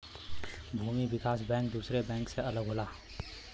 भूमि विकास बैंक दुसरे बैंक से अलग होला